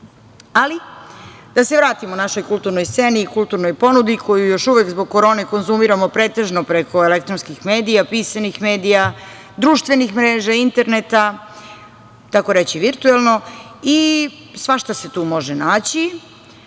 istinom. Da se vratimo našoj kulturnoj sceni i kulturnoj ponudi koju još uvek zbog korone konzumiramo pretežno preko elektronskih medija, pisanih medija, društvenih mreža, interneta, takoreći virtuelno, i svašta se tu može naći.